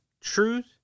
truth